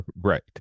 right